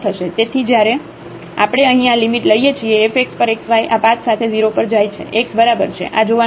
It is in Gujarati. તેથી જ્યારે આપણે અહીં આ લિમિટ લઈએ છીએ f x પર x y આ પાથ સાથે 0 પર જાય છે x બરાબર છે આ જોવાનું સરળ છે